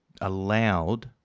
allowed